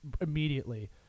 immediately